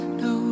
no